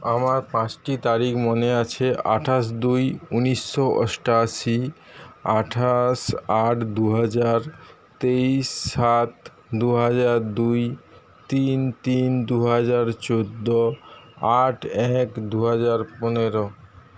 আমার পাঁচটি তারিখ মনে আছে আঠাশ দুই উনিশশো অষ্টআশি আঠাশ আট দুহাজার তেইশ সাত দুহাজার দুই তিন তিন দুহাজার চোদ্দো আট এক দুহাজার পনেরো